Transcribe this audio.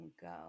go